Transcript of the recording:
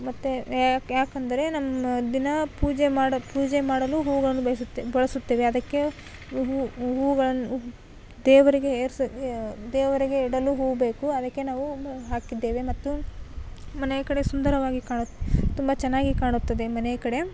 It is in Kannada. ಮತ್ತು ಯಾಕೆ ಏಕೆಂದರೆ ನಮ್ಮ ದಿನ ಪೂಜೆ ಮಾಡ ಪೂಜೆ ಮಾಡಲು ಹೂವನ್ನು ಬಯಸುತ್ತೆ ಬಳಸುತ್ತೇವೆ ಅದಕ್ಕೆ ಹೂವು ಹೂಗಳನ್ನು ದೇವರಿಗೆ ಏರ್ಸ ದೇವರಿಗೆ ಇಡಲು ಹೂವು ಬೇಕು ಅದಕ್ಕೆ ನಾವು ಹಾಕಿದ್ದೇವೆ ಮತ್ತು ಮನೆಯ ಕಡೆ ಸುಂದರವಾಗಿ ಕಾಣುತ್ತೆ ತುಂಬ ಚೆನ್ನಾಗಿ ಕಾಣುತ್ತದೆ ಮನೆಯ ಕಡೆ